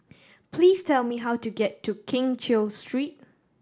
please tell me how to get to Keng Cheow Street